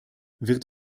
wird